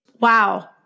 Wow